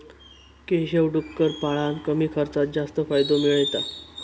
केशव डुक्कर पाळान कमी खर्चात जास्त फायदो मिळयता